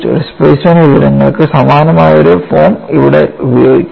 displacement വിവരങ്ങൾക്ക് സമാനമായ ഒരു ഫോം ഇവിടെ ഉപയോഗിക്കും